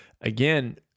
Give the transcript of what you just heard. again